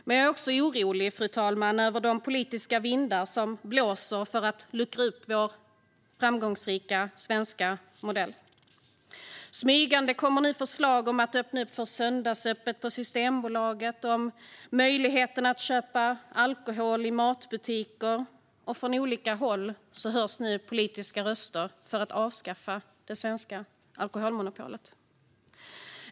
Jag är dock orolig, fru talman, över de politiska vindar som blåser för att luckra upp vår framgångsrika svenska modell. Smygande kommer nu förslag om att öppna upp för söndagsöppet på Systembolaget och om möjligheten att köpa alkohol i matbutiker, och från olika håll hörs nu politiska röster för att avskaffa det svenska alkoholmonopolet.